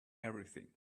everything